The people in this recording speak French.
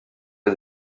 est